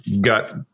got